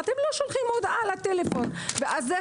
אתם לא שולחים הודעה לטלפון אלא לתיבת הדואר והיא